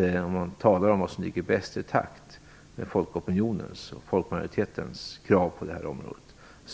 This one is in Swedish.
När det gäller vad som ligger bäst i takt med folkmajoritetens krav på det här området